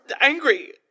angry